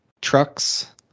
trucks